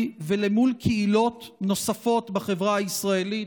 ומול קהילות נוספות בחברה הישראלית,